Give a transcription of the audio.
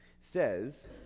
says